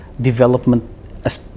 development